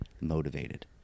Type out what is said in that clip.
motivated